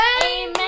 amen